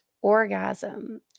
orgasm